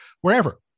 wherever